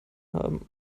haben